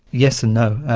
yes and no.